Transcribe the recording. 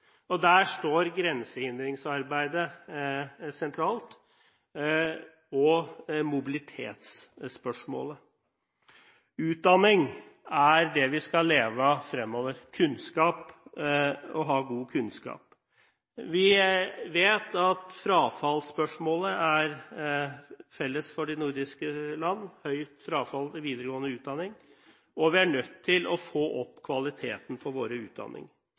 Der står grensehindringsarbeidet og mobilitetsspørsmålet sentralt. Utdanning er det vi skal leve av fremover, det å ha god kunnskap. Vi vet at høyt frafall i videregående utdanning er felles for de nordiske land, og vi er nødt til å få opp kvaliteten på